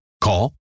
Call